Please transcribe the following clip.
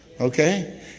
Okay